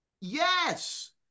yes